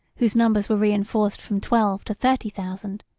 whose numbers were reenforced from twelve to thirty thousand,